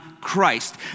Christ